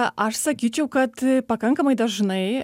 aš sakyčiau kad pakankamai dažnai